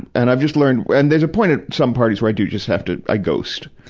and i've just learned and there's a point at some parties where i do just have to, i ghost.